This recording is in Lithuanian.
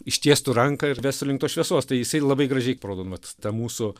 ištiestų ranką ir vestų link tos šviesos tai jisai labai gražiai parodo vat tą mūsų